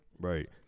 right